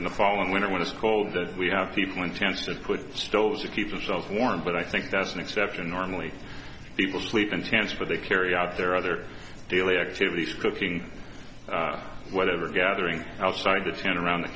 in the fall and winter when it's cold that we have people intensive put stoves to keep themselves warm but i think that's an exception normally people sleep in tents but they carry out their other daily activities cooking whatever gathering outside the tent around the